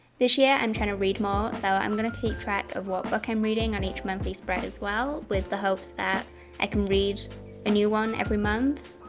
this year, i'm trying to read more, so i'm gonna keep track of what book i'm reading on each monthly spread as well with the hopes that i can read a new one every month.